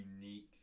unique